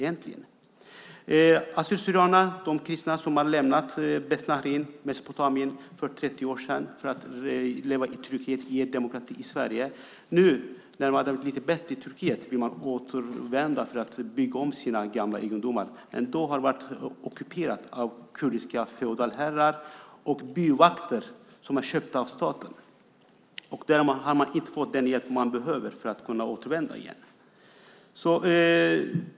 Assyrier/syrianerna, de kristna som lämnade Betnahrin och Mesopotamien för 30 år sedan för att leva i demokrati i Sverige, vill nu när det blivit lite bättre i Turkiet återvända för att bygga upp sina gamla egendomar. Men det har varit ockuperat av kurdiska feodalherrar och byvakter som är köpta av staten. Man har inte fått den hjälp man behöver för att kunna återvända.